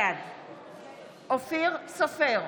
בעד אופיר סופר,